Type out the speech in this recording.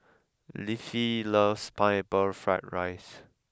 Leafy loves Pineapple Fried Rice